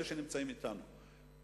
אלה שנמצאים אתנו,